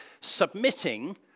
submitting